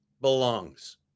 belongs